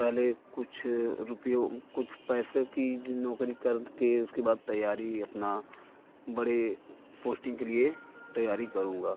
पहले कुछ रुपयों कुछ पैसे की नौकरी कर के उसके बाद तैयारी अपना बड़े पोस्टिंग के लिए तैयारी करूँगा